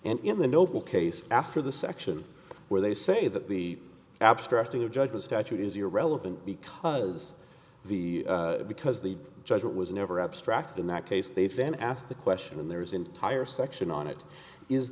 in the noble case after the section where they say that the abstract of your judgment statute is irrelevant because the because the judgment was never abstract in that case they then asked the question and there's entire section on it is